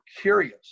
curious